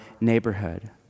neighborhood